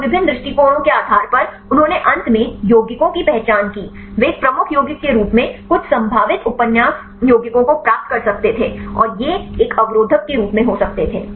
और विभिन्न दृष्टिकोणों के आधार पर उन्होंने अंत में यौगिकों की पहचान की वे एक प्रमुख यौगिक के रूप में कुछ संभावित उपन्यास यौगिकों को प्राप्त कर सकते थे और ये एक अवरोधक के रूप में हो सकते थे